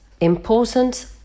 important